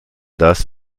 das